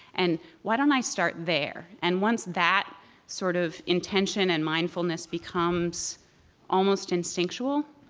and why don't i start there? and once that sort of intention and mindfulness becomes almost instinctual,